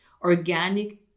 organic